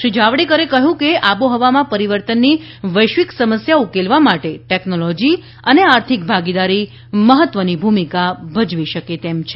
શ્રી જાવડેકરે કહ્યું કે આબોહવામાં પરિવર્તનની વૈશ્વિક સમસ્યા ઉકેલવા માટે ટેકનોલોજી અને આર્થિક ભાગીદારી મહત્વની ભૂમિકા ભજવી શકે છે